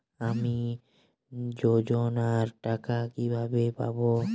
আমি যোজনার টাকা কিভাবে পাবো?